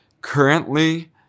Currently